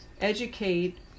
educate